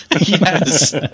Yes